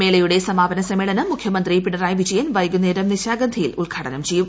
മേളയുടെ സമാപന സമ്മേളനം മുഖ്യമന്ത്രി പിണറായി വിജയൻ വൈകുന്നേരം നിശാഗന്ധിയിൽ ഉദ്ഘാടനം ചെയ്യും